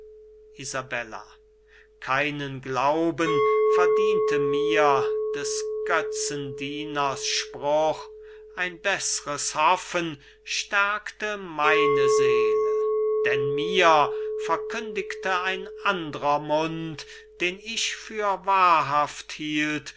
keinen glauben verdiente mir des götzendieners spruch ein beßres hoffen stärkte meine seele denn mir verkündigte ein andrer mund den ich für wahrhaft hielt